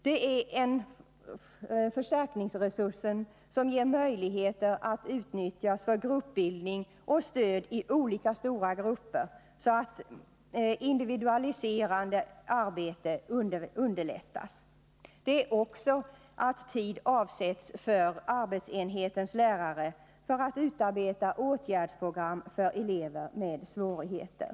Det är en förstärkningsresurs göra gällande att en förkortning av speciallärarutbild som kan utnyttjas för gruppbildning och stöd i olika stora grupper, så att individualiserande arbete underlättas. Det innebär också att tid avsätts för arbetsenhetens lärare så att de kan utarbeta åtgärdsprogram för elever med svårigheter.